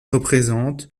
représente